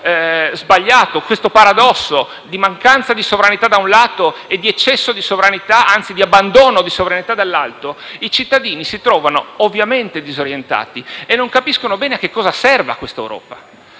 presupposto sbagliato, di questo paradosso di mancanza di sovranità - da un lato - e di abbandono di sovranità - dall'altro - i cittadini si trovano ovviamente disorientati e non capiscono bene a che cosa serva questa Europa.